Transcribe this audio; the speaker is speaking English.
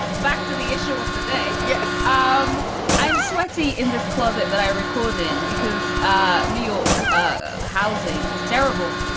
back to the issue of the day. yes um i'm sweaty in this closet that i recorded because ah new york ah housing is terrible.